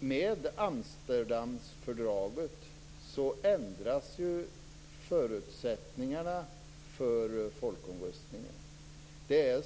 med Amsterdamfördraget ändras förutsättningarna för folkomröstningen.